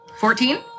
Fourteen